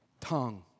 tongue